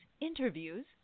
interviews